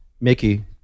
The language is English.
Mickey